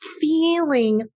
feeling